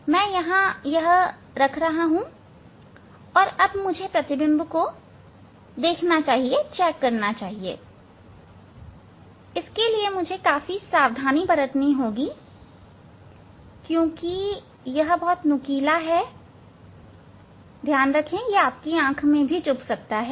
मैं यहां रख रहा हूं और मुझे प्रतिबिंब को जांचना चाहिए इसके लिए बहुत सावधानी बरतनी होगी क्योंकि यह बहुत नुकीला है यह आपकी आंखों में चुभ सकता है